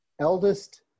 eldest